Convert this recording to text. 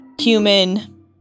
human